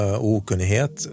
okunnighet